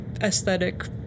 aesthetic